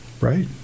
Right